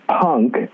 punk